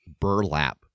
burlap